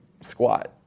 squat